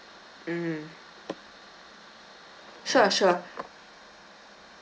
mm sure sure